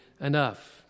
enough